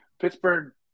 Pittsburgh